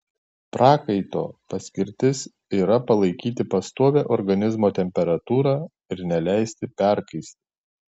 prakaito paskirtis yra palaikyti pastovią organizmo temperatūrą ir neleisti perkaisti